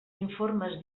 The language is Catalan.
informes